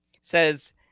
says